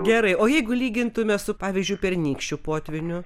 gerai o jeigu lygintume su pavyzdžiui pernykščiu potvyniu